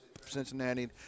Cincinnati